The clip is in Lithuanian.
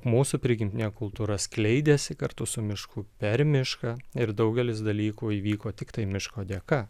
mūsų prigimtinė kultūra skleidėsi kartu su mišku per mišką ir daugelis dalykų įvyko tiktai miško dėka